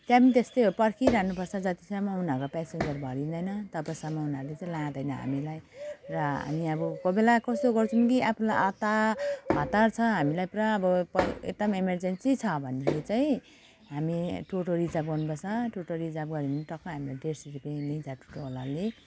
त्यहाँ पनि त्यस्तै हो पर्खिरहनु पर्छ जतिसम्म उनीहरूको पेसेन्जर भरिँदैन तबसम्म उनीहरूले लाँदैन हामीलाई र हामी अब कोही बेला कस्तो गर्छौँ कि आफूलाई अति हतार छ हामीलाई पुरा अब प उत्ता पनि इमर्जेन्सी छ भनेदेखि चाहिँ हामी टोटो रिजर्व गर्नुपर्छ टोटो रिजर्व गऱ्यो भने टक्क हामीलाई डेढ सौ रुपियाँ लिन्छ टोटोवालाले